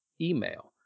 email